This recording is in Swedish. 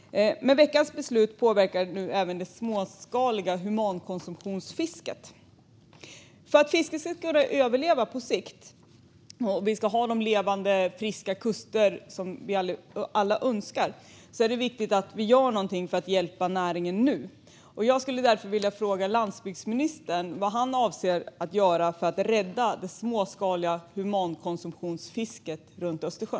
Men veckans beslut påverkar även det småskaliga humankonsumtionsfisket. För att fisket ska kunna överleva på sikt och för att vi ska ha de levande friska kuster som vi alla önskar är det viktigt att vi gör någonting för att hjälpa näringen nu. Jag skulle därför vilja fråga landsbygdsministern vad han avser att göra för att rädda det småskaliga humankonsumtionsfisket i Östersjön.